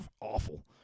awful